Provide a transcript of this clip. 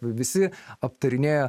visi aptarinėja